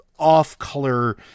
off-color